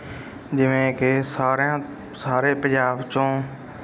ਜਿਵੇਂ ਕਿ ਸਾਰਿਆਂ ਸਾਰੇ ਪੰਜਾਬ 'ਚੋਂ